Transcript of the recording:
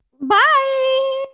bye